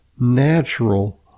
natural